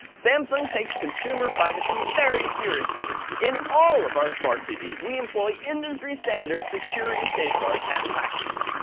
samsung takes consumer privacy very seriously. in all of our smart tvs, we employ industry standar security safeguards and practices,